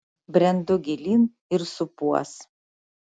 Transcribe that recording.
brendu gilyn ir supuos